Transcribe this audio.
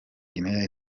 guinee